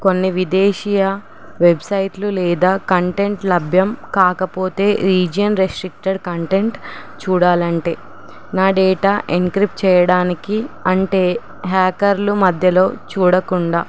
కొన్ని విదేశీయ వెబ్సైట్లు లేదా కంటెంట్ లభ్యం కాకపోతే రీజియన్ రెస్ట్రిక్టెడ్ కంటెంట్ చూడాలి అంటే నా డేటా ఎన్క్రిప్ట్ చేయడానికి అంటే హ్యాకర్లు మధ్యలో చూడకుండా